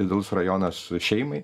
idealus rajonas šeimai